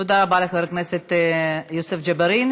תודה רבה לחבר הכנסת יוסף ג'בארין.